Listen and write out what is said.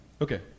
Okay